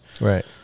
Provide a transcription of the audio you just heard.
Right